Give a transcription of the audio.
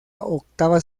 octava